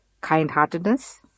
kind-heartedness